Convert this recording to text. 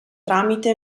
tramite